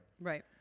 Right